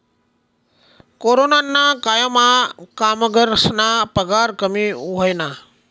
कोरोनाना कायमा कामगरस्ना पगार कमी व्हयना